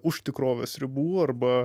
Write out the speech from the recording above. už tikrovės ribų arba